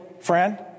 friend